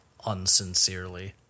unsincerely